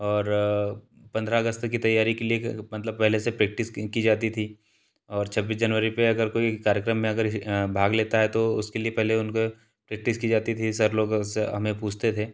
और पन्द्रह अगस्त की तैयारी के लिए मतलब पहले से प्रेक्टिस की जाती थी और छब्बीस जनवरी पर अगर कोई कार्यक्रम में अगर भाग लेता है तो उसके लिए पहले उनको प्रेक्टिस की जाती थी सर लोग से हमें पूछते थे